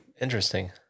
interesting